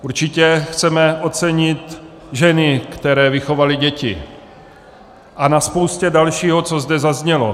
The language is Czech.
Určitě chceme ocenit ženy, které vychovaly děti, a na spoustě dalšího, co zde zaznělo.